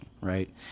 right